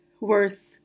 worth